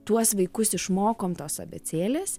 tuos vaikus išmokom tos abėcėlės